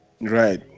Right